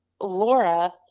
Laura